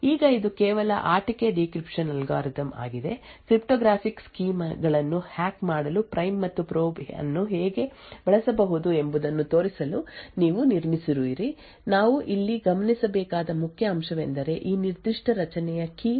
ಈಗ ಇದು ಕೇವಲ ಆಟಿಕೆ ಡೀಕ್ರಿಪ್ಶನ್ ಅಲ್ಗಾರಿದಮ್ ಆಗಿದೆ ಕ್ರಿಪ್ಟೋಗ್ರಾಫಿಕ್ ಸ್ಕೀಮ್ ಗಳನ್ನು ಮುರಿಯಲು ಪ್ರೈಮ್ ಮತ್ತು ಪ್ರೋಬ್ ಅನ್ನು ಹೇಗೆ ಬಳಸಬಹುದು ಎಂಬುದನ್ನು ತೋರಿಸಲು ನೀವು ನಿರ್ಮಿಸಿರುವಿರಿ ನಾವು ಇಲ್ಲಿ ಗಮನಿಸಬೇಕಾದ ಪ್ರಮುಖ ಅಂಶವೆಂದರೆ ಈ ನಿರ್ದಿಷ್ಟ ರಚನೆಯ ಕೀ ಅವಲಂಬಿತ ಸ್ಥಳ ಈ ಲುಕಪ್ ವಿಳಾಸದಲ್ಲಿದೆ